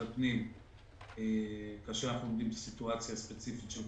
הפנים כאשר אנחנו עומדים בסיטואציה הספציפית של קצרין.